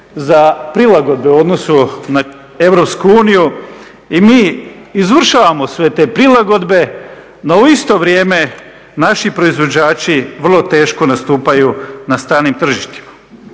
za prilagodbe u odnosu na EU i mi izvršavamo sve te prilagodbe, no u isto vrijeme naši proizvođači vrlo teško nastupaju na stranim tržištima.